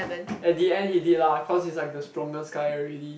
at the end he did lah cause he's like the strongest guy already